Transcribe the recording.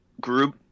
group